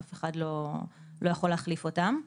אף אחד לא יכול להחליף אותם.